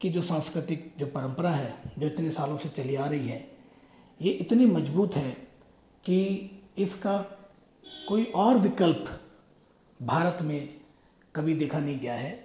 की जो सांस्कृतिक परम्परा है जो इतने सालों से चली आ रही है ये इतनी मजबूत है की इसका कोई और विकल्प भारत में कभी देखा नहीं गया है